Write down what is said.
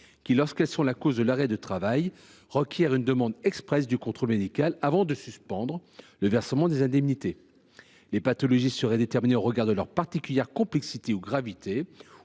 qui, lorsqu’elles sont la cause de l’arrêt de travail, requièrent une demande expresse du contrôle médical avant de suspendre le versement des indemnités. Les pathologies seraient déterminées au regard de leur particulière complexité ou gravité